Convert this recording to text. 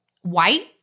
white